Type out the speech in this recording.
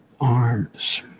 arms